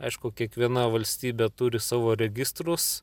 aišku kiekviena valstybė turi savo registrus